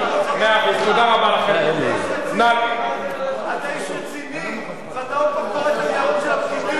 אתה איש רציני ואתה עוד פעם קורא את הניירות של הפקידים,